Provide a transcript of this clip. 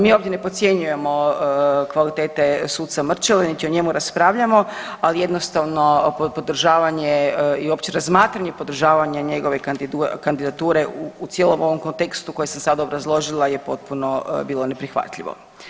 Mi ovdje ne podcjenjujemo kvalitete suca Mrčele, niti o njemu raspravljamo, ali jednostavno podržavanje i opće razmatranje podržavanja njegove kandidature u cijelom ovom kontekstu koje sam sad obrazložila je potpuno bilo neprihvatljivo.